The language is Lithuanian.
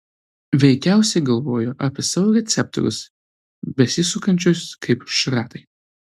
veikiausiai galvojo apie savo receptorius besisukančius kaip šratai